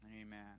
amen